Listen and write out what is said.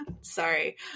sorry